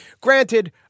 Granted